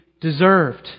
deserved